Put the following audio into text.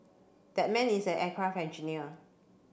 that man is an aircraft engineer